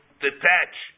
detach